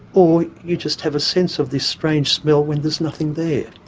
or you just have a sense of this strange smell when there's nothing there.